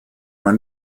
man